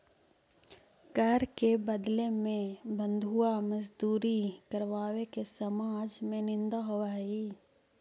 कर के बदले में बंधुआ मजदूरी करावे के समाज में निंदा होवऽ हई